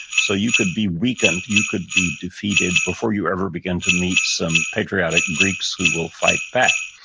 so you could be weakened. you could be defeated before you ever begin to meet some patriotic greeks who will fight back.